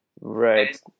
Right